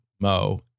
Mo